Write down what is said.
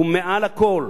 והוא מעל הכול.